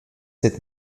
sept